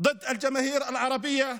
אחרי הקהילה הערבית,